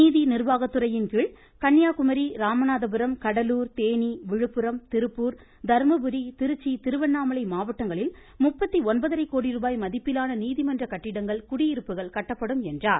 நீதி நிர்வாகத்துறையின் கீழ் கன்னியாகுமரி ராமநாதபுரம் கடலூர் தேனி விழுப்புரம் திருப்பூர் தர்மபுரி திருச்சி திருவண்ணாமலை மாவட்டங்களில் முப்பத்து ஒன்பதரை கோடி ரூபாய் மதிப்பிலான நீதிமன்ற கட்டிடங்கள் குடியிருப்புக்கள் கட்டப்படும் என்றார்